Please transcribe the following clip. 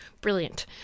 Brilliant